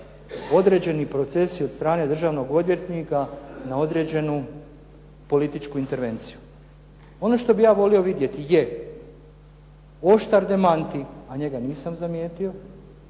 određeni procesi od strane državnog odvjetnika na određenu političku intervenciju. ono što bih ja volio vidjeti je oštar demant, a njega nisam zamijetio,